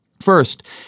First